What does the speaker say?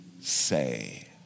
say